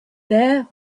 there